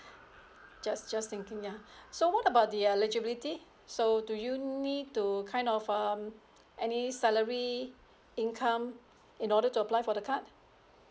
just just thinking ya so what about the eligibility so do you need to kind of um any salary income in order to apply for the card